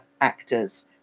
actors